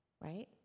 right